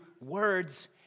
words